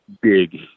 big